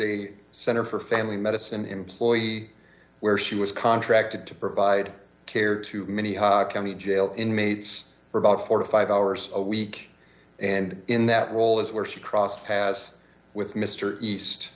a center for family medicine employee where she was contracted to provide care to many county jail inmates for about four to five hours a week and in that role is where she crossed paths with mr east